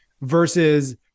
versus